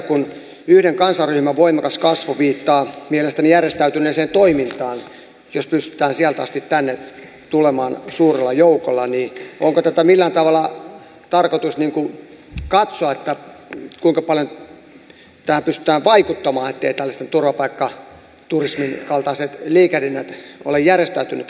kun yhden kansanryhmän voimakas kasvu viittaa mielestäni järjestäytyneeseen toimintaan jos pystytään sieltä asti tänne tulemaan suurella joukolla onko tätä millään tavalla tarkoitus katsoa kuinka paljon tähän pystytään vaikuttamaan etteivät tällaiset turvapaikkaturismin kaltaiset liikehdinnät ole järjestäytynyttä toimintaa